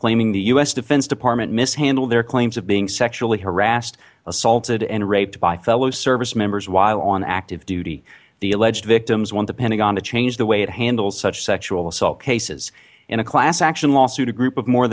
claiming the us defense department mishandled their claims of being sexually harassed assaulted and raped by fellow servicemembers while on active duty the alleged victims want the pentagon to change the way it handles such sexual assault cases in a class action lawsuit a group of more